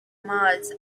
mars